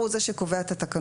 השר הוא זה שקובע את התקנות.